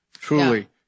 Truly